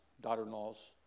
daughter-in-laws